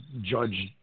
judge